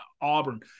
Auburn